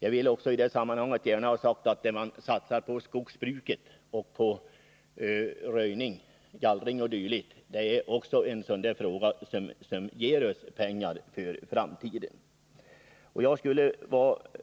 Jag vill också gärna ha sagt att det man satsar på skogsbruket, på röjning, gallring o. d., ger oss pengar för framtiden. Jag vore